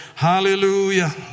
Hallelujah